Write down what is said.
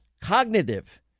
cognitive